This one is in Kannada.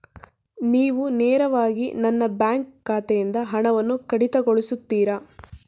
ನೀವು ನೇರವಾಗಿ ನನ್ನ ಬ್ಯಾಂಕ್ ಖಾತೆಯಿಂದ ಹಣವನ್ನು ಕಡಿತಗೊಳಿಸುತ್ತೀರಾ?